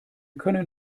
können